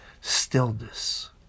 Stillness